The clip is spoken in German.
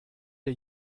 der